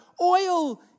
oil